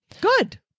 Good